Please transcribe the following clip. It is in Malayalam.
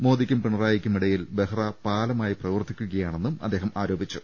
മോദിക്കും പിണറായിക്കും ഇടയിൽ ബെഹ്റ പാലമായി പ്രവർത്തിക്കുകയാ ണെന്നും അദ്ദേഹം ആരോപിച്ചു